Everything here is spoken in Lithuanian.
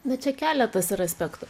nu čia keletas yra aspektų